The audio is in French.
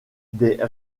des